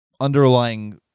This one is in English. underlying